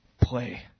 Play